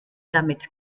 damit